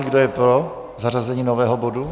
Kdo je pro zařazení nového bodu?